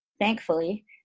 thankfully